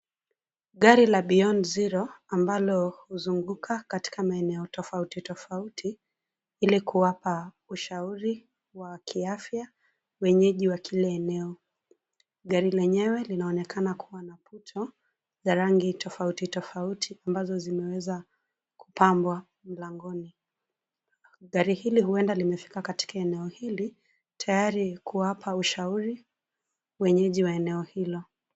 Gari la Beyond Zero, ambalo huzunguka katika maeneo tofauti tofauti, ili kuwapa ushauri wa kiafya, wenyeji wa kila eneo. Gari lenyewe linaonekana kuwa na picha za rangi tofauti tofauti, ambazo zimeweza kupambwa mlangoni. Gari hili huenda limefika katika eneo hili, tayari kuwapa ushauri, wenyeji wa eneo hilo.